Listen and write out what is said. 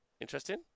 Interesting